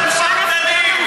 תתביישו,